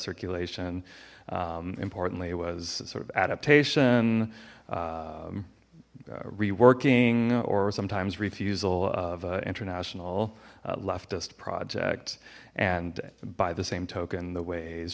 circulation importantly was sort of adaptation reworking or sometimes refusal of international leftist project and by the same token the ways